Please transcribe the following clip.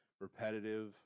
repetitive